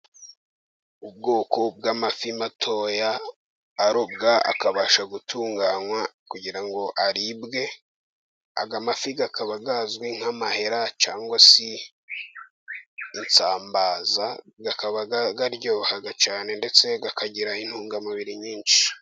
Ubwoko bw'amafi matoya, arobwa akabasha gutunganywa kugira ngo aribwe. Aya mafi akaba azwi nk'amahera cyangwa se insambaza, akaba aryoha cyane ndetse akagira intungamubiri nyinshi.